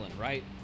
right